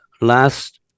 last